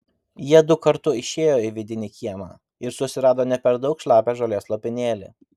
jiedu kartu išėjo į vidinį kiemą ir susirado ne per daug šlapią žolės lopinėlį